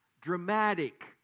Dramatic